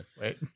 wait